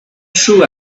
true